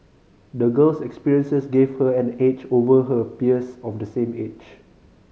the girl's experiences gave her an edge over her peers of the same age